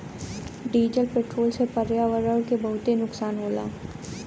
diesel petrol से पर्यावरण के बहुते नुकसान होला